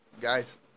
guys